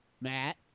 Matt